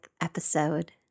episode